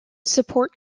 support